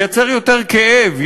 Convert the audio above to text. ייצר יותר כאב,